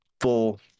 full